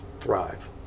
thrive